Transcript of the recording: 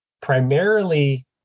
primarily